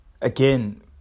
Again